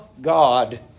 God